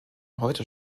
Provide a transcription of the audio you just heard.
heute